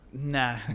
nah